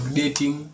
dating